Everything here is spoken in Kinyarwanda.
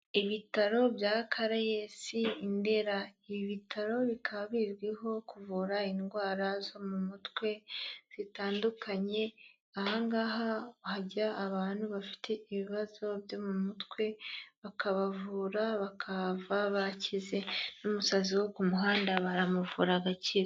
Ibitaro bya Caraes i Ndera, ibi bitaro bikaba bizwiho kuvura indwara zo mu mutwe zitandukanye, aha ngaha hajya abantu bafite ibibazo byo mu mutwe bakabavura bakahava bakize n'umusazi wo ku muhanda baramuvura agakira.